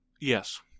Yes